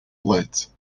lights